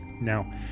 Now